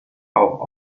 rauch